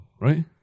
right